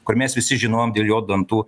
kur mes visi žinojom dėl jo dantų